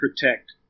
protect